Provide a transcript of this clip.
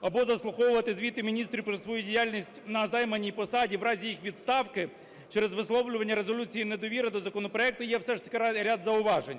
або заслуховувати звіти міністрів про свою діяльність на займаній посаді в разі їх відставки через висловлювання резолюції недовіри до законопроекту є все ж таки ряд зауважень.